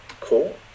Cool